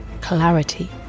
clarity